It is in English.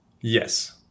Yes